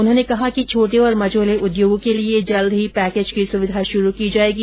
उन्होंने कहा कि छोट और मझौले उद्योगों के लिये जल्द ही पैकेज की सुविधा शुरू की जायेगी